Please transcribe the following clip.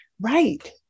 Right